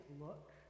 look